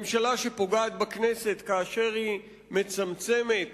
ממשלה שפוגעת בכנסת בכך שהיא מצמצמת